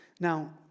Now